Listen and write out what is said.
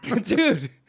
dude